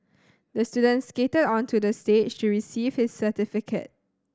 the student skated onto the stage to receive his certificate